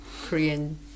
Korean